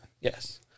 Yes